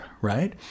right